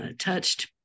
touched